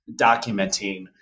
documenting